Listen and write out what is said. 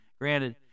Granted